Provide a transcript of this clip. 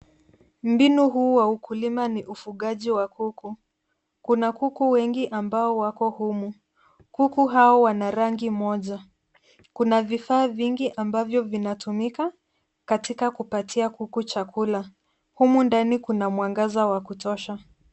Mbinu hii ya ukulima ni ufugaji wa kuku. Kuna kuku wengi ambao wako humu. Kuku hawa wana rangi moja. Kuna vifaa vingi ambavyo vinatumika katika kuwapatia kuku chakula. Humu ndani kuna mwangaza wa kutosha.